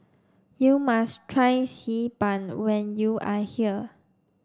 you must try xi ban when you are here